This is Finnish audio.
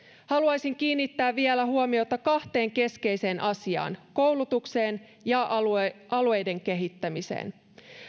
haluaisin kiinnittää vielä huomiota kahteen keskeiseen asiaan koulutukseen ja alueiden alueiden kehittämiseen